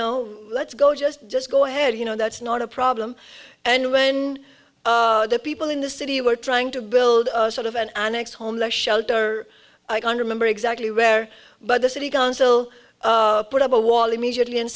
know let's go just just go ahead you know that's not a problem and when the people in the city were trying to build sort of an annex homeless shelter i don't remember exactly rare but the city council put up a wall immediately and